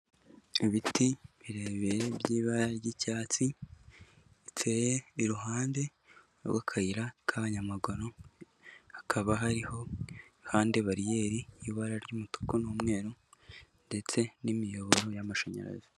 Ibiti birebire by'ibara ry'icyatsi biteye iruhande rw'akayira k'abanyamaguru, hakaba hariho iruhande bariyeri y'ibara ry'umutuku n'umweru ndetse n'imiyoboro y'amashanyarazi.